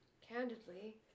candidly